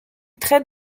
très